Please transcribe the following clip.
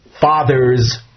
father's